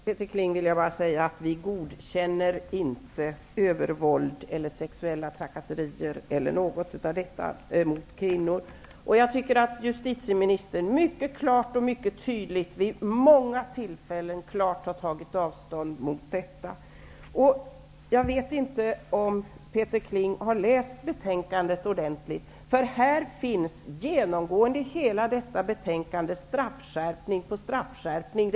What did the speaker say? Herr talman! Jag vill bara säga till Peter Kling att vi inte godkänner övervåld, sexuella trakasserier eller något liknande mot kvinnor. Jag tycker att justitieministern mycket klart och mycket tydligt vid många tillfällen har tagit avstånd från detta. Jag vet inte om Peter Kling har läst betänkandet ordentligt. Här finns genomgående i hela detta betänkande straffskärpning på straffskärpning.